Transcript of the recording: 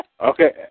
Okay